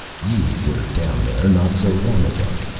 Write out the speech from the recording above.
you were down there, not so long ago.